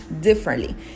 differently